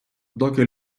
доки